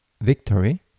victory